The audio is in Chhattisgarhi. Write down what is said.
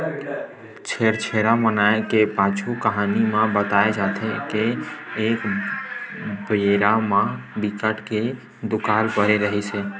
छेरछेरा मनाए के पाछू कहानी म बताए जाथे के एक बेरा म बिकट के दुकाल परे रिहिस हे